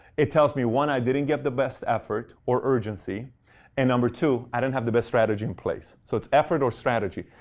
it tells me one, i didn't give the best effort or urgency and number two, i didn't have the best strategy in place. so it's effort or strategy.